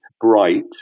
bright